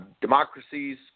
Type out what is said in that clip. democracies